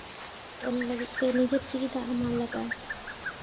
ᱚᱱᱟ ᱞᱟᱹᱜᱤᱫ ᱛᱮ ᱱᱤᱡᱮ ᱛᱮᱜᱮ ᱫᱟᱜ ᱮᱢᱟᱜ ᱞᱟᱜᱟᱜᱼᱟ